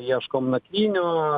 ieškom nakvynių